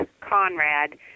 Conrad